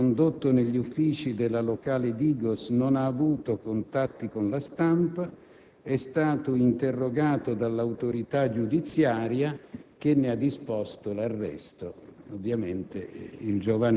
mi scrivono che, condotto negli uffici della locale Digos, non ha avuto contatti con la stampa ed è stato interrogato dall'autorità giudiziaria